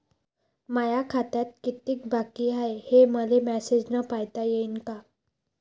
माया खात्यात कितीक बाकी हाय, हे मले मेसेजन पायता येईन का?